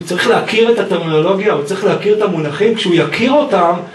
הוא צריך להכיר את הטרמינולוגיה, הוא צריך להכיר את המונחים, כשהוא יכיר אותם